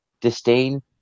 disdain